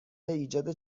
ایجاد